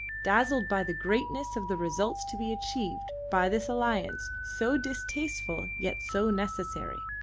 dazzled by the greatness of the results to be achieved by this alliance so distasteful yet so necessary.